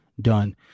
done